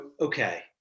okay